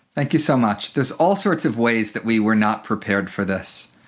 thank you so much. there's all sorts of ways that we were not prepared for this,